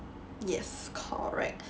yes correct